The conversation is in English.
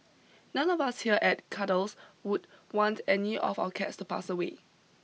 none of us here at Cuddles would want any of our cats to pass away